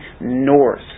north